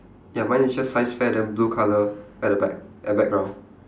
ya mine is just science fair then blue colour at the back at the background